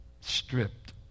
stripped